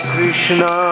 Krishna